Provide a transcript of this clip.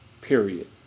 Period